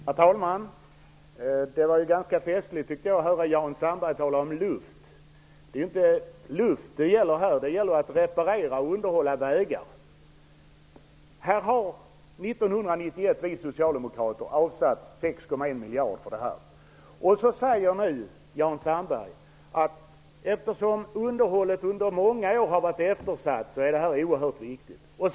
Herr talman! Det var ganska festligt att höra Jan Sandberg tala om luft. Det är inte fråga om luft, utan det handlar om att reparera och underhålla vägar. Under 1991 avsatte vi socialdemokrater 6,1 miljarder kronor till underhåll. Nu säger Jan Sandberg att eftersom underhållet har varit eftersatt under många år är detta en oerhört viktig fråga.